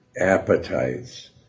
appetites